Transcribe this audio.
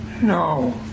No